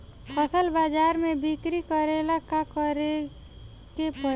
फसल बाजार मे बिक्री करेला का करेके परी?